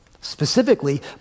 specifically